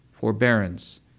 forbearance